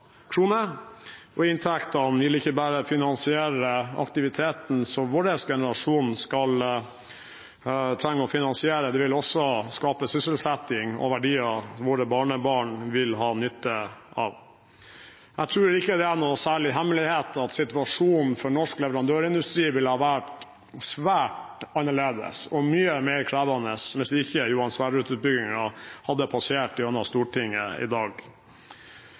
og inntektene vil ikke bare finansiere aktiviteter som vår generasjon trenger å finansiere – det vil også skape sysselsetting og verdier våre barnebarn vil ha nytte av. Jeg tror ikke det er noe særlig hemmelig at situasjonen for norsk leverandørindustri ville vært svært annerledes og mye mer krevende hvis ikke Johan Sverdrup-utbyggingen hadde passert gjennom Stortinget i dag.